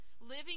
living